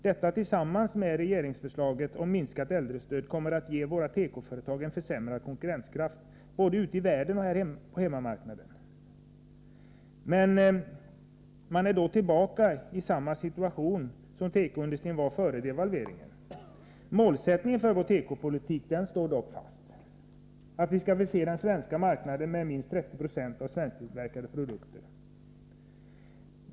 Detta tillsammans med regeringsförslaget om minskat äldrestöd kommer att ge våra tekoföretag en försämrad konkurrenskraft både ute i världen och på hemmamarknaden. Man är då tillbaka i samma situation som tekoindustrin var i före devalveringen. Målsättningen för vår tekopolitik ligger emellertid fast — att vi skall förse den svenska marknaden med minst 30 76 av svensktillverkade produkter.